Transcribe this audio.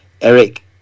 Eric